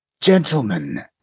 Gentlemen